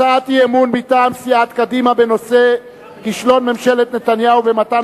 הצעת אי-אמון מטעם סיעת קדימה בנושא כישלון ממשלת נתניהו במתן